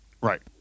Right